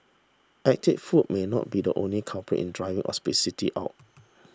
ethnic food may not be the only culprit in driving obesity up